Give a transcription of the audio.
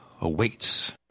awaits